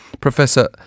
Professor